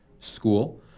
school